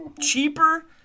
cheaper